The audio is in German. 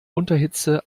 unterhitze